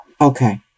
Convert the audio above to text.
Okay